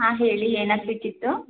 ಹಾಂ ಹೇಳಿ ಏನಾಗಬೇಕಿತ್ತು